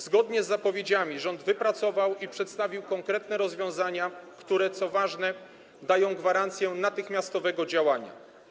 Zgodnie z zapowiedziami rząd wypracował i przedstawił konkretne rozwiązania, które - co ważne - dają gwarancję natychmiastowego działania.